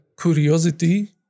curiosity